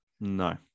No